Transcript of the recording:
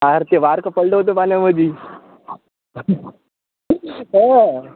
अरे ते बारकं पडलं होतं पाण्यामध्ये हां